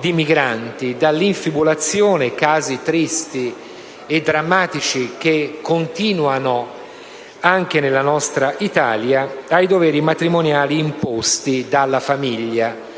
di migranti: dall'infibulazione (casi tristi e drammatici a ripetersi che continuano anche nella nostra Italia) ai doveri matrimoniali imposti dalla famiglia.